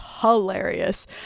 hilarious